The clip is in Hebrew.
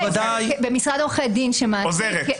במשרד עורכי הדין שמעסיק --- עוזרת.